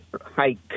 hike